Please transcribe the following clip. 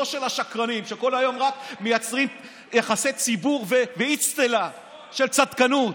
לא של השקרנים שכל היום רק מייצרים יחסי ציבור באצטלה של צדקנות.